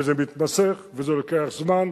וזה מתמשך וזה לוקח זמן,